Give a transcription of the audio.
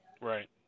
Right